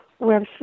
website